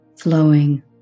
flowing